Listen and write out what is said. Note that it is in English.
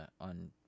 on